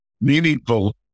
meaningful